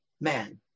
man